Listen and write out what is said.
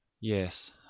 Yes